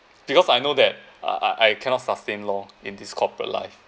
because I know that ah I I cannot sustain long in this corporate life